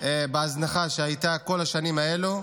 בהזנחה שהייתה כל השנים האלה.